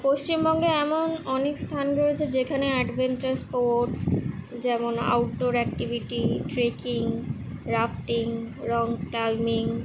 পশ্চিমবঙ্গে এমন অনেক স্থান রয়েছে যেখানে অ্যাডভেঞ্চার স্পোর্টস যেমন outdoor activity trekking rafting rock claiming